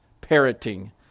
parroting